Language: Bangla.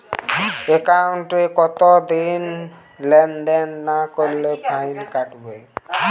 একাউন্টে কতদিন লেনদেন না করলে ফাইন কাটবে?